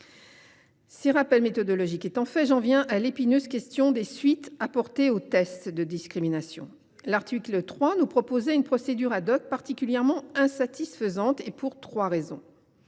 Ces rappels méthodologiques étant faits, j’en viens à l’épineuse question des suites apportées aux tests de discrimination. L’article 3 prévoyait une procédure particulièrement insatisfaisante, et ce pour trois raisons.